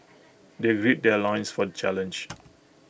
they gird their loins for the challenge